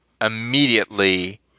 immediately